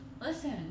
Listen